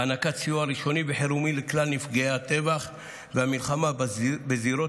בהענקת סיוע ראשוני וחירומי לכלל נפגעי הטבח והמלחמה בזירות